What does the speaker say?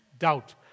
doubt